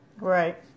Right